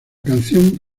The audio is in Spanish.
canción